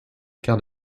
quarts